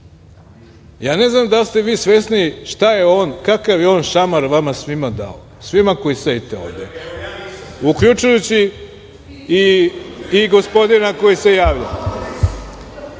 Ja ne znam da li ste vi svesni kakav je on šamar vama svima dao, svima koji sedite ovde, uključujući i gospodina koji se javlja.